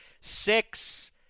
Six